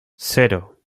cero